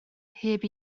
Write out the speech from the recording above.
heb